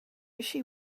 she